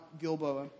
Gilboa